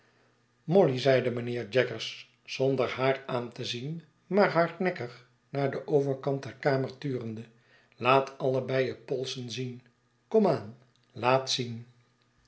molly zeide mijnheer jaggers zonder haar aan te zien maar hardnekkig naar den overkant der kamer turende laat allebei je polsen zien kom aan laat zien